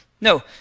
No